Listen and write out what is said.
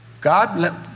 God